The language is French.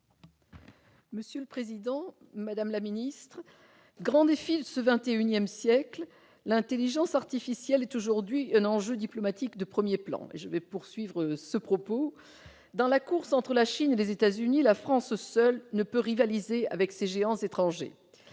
Monsieur le président, madame la secrétaire d'État, grand défi de ce XXI siècle, l'intelligence artificielle est aujourd'hui déjà un enjeu diplomatique de premier plan. Dans la course entre la Chine et les États-Unis, la France seule ne peut rivaliser avec ces géants étrangers.